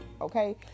okay